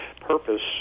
purpose